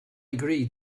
agree